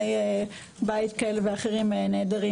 בני בית נעדרים.